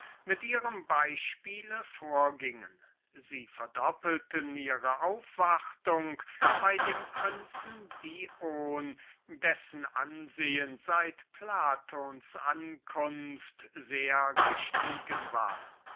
mit ihrem beispiel vorgingen sie verdoppelten ihre aufwartung bei dem prinzen dion dessen ansehen seit platons ankunft ungemein gestiegen war